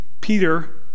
Peter